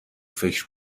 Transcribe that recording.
فکر